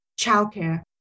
childcare